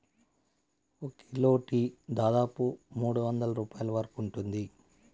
ఒక kilo tea విలువ దాదాపు మూడువందల రూపాయల వరకు ఉంటుంది